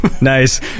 nice